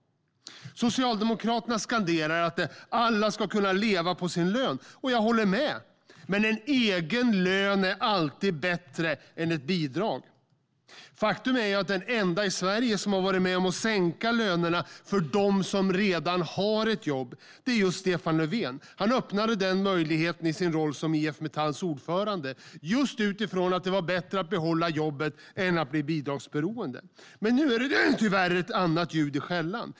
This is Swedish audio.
Socialdemokraterna skanderar att alla ska kunna leva på sin lön. Och jag håller med, men en egen lön är alltid bättre än ett bidrag. Faktum är att den ende i Sverige som har varit med om att sänka lönerna för dem som redan har ett jobb är Stefan Löfven. Han öppnade den möjligheten i sin roll som IF Metalls ordförande, just utifrån att det var bättre att behålla jobbet än att bli bidragsberoende. Nu är det tyvärr ett annat ljud i skällan.